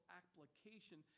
application